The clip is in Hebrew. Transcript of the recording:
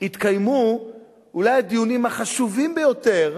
התקיימו אולי הדיונים החשובים ביותר